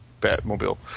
Batmobile